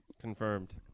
Confirmed